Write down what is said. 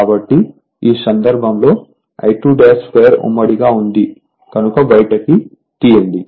కాబట్టి ఈ సందర్భంలో I22 ఉమ్మడి గా ఉంది కనుక బయటికి తీయండి